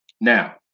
Now